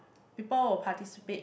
people will participate